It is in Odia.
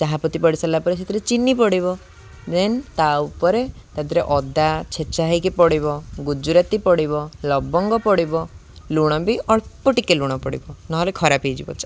ଚାହା ପତି ପଡ଼ି ସାରିଲା ପରେ ସେଥିରେ ଚିନି ପଡ଼ିବ ଦେନ୍ ତା' ଉପରେ ତା' ଦେହରେ ଅଦା ଛେଛା ହେଇକି ପଡ଼ିବ ଗୁଜୁରାତି ପଡ଼ିବ ଲବଙ୍ଗ ପଡ଼ିବ ଲୁଣ ବି ଅଳ୍ପ ଟିକେ ଲୁଣ ପଡ଼ିବ ନହେଲେ ଖରାପ ହେଇଯିବ ଚାହା